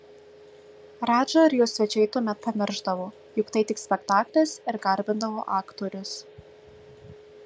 radža ir jo svečiai tuomet pamiršdavo jog tai tik spektaklis ir garbindavo aktorius